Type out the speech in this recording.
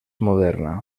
moderna